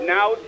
Now